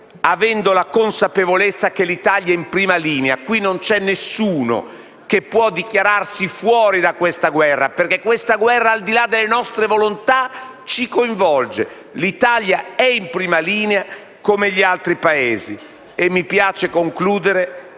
avendo la consapevolezza che l'Italia è in prima linea. Qui non c'è nessuno che può dichiararsi fuori da questa guerra, perché questa guerra al di là delle nostre volontà ci coinvolge. L'Italia è in prima linea come gli altri Paesi, e mi piace concludere